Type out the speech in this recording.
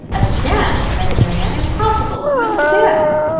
a dance! cried marianne. impossible! who is to dance?